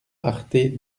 arthez